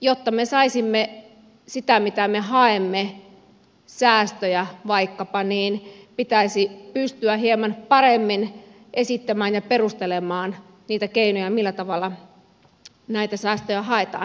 jotta me saisimme sitä mitä me haemme säästöjä vaikkapa niin pitäisi pystyä hieman paremmin esittämään ja perustelemaan niitä keinoja millä tavalla näitä säästöjä haetaan